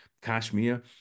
Kashmir